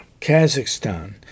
Kazakhstan